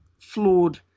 flawed